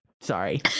Sorry